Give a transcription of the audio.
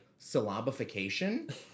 syllabification